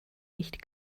nicht